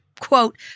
quote